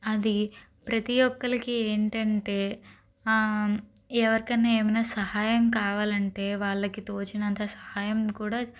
అది ప్రతి ఒక్కరికి ఏమిటంటే ఎవరికైనా ఏమైనా సహాయం కావాలంటే వాళ్ళకి తోచినంత సహాయం కూడా